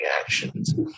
actions